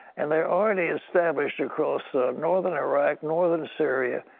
and they are already established across northern iraq, northern syria,